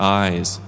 eyes